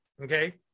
okay